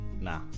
Nah